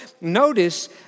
notice